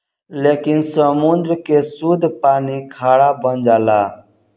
लेकिन समुंद्र के सुद्ध पानी खारा बन जाला